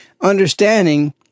understanding